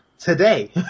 today